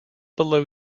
below